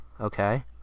Okay